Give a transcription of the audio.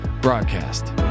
broadcast